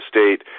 State